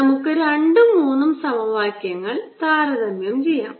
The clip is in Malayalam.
നമുക്ക് രണ്ടും മൂന്നും സമവാക്യങ്ങൾ താരതമ്യം ചെയ്യാം